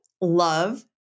love